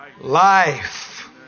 life